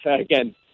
Again